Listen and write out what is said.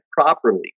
properly